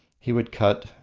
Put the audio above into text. he would cut,